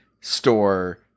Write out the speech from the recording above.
store